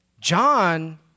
John